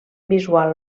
visual